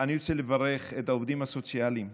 אני רוצה לברך את העובדים הסוציאליים.